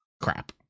crap